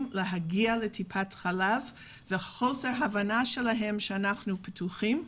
להגיע לטיפת החלב ומחוסר הבנתם שאנחנו פתוחים.